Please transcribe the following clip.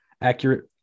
accurate